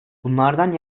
bunlardan